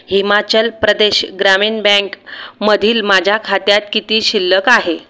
हिमाचल प्रदेश ग्रामीण बँक मधील माझ्या खात्यात किती शिल्लक आहे